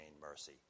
mercy